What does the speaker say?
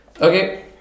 okay